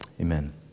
amen